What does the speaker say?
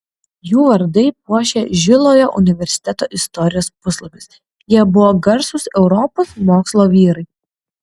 jų vardai puošia žilojo universiteto istorijos puslapius jie buvo garsūs europos mokslo vyrai